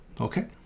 okay